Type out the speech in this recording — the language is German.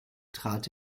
trat